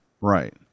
right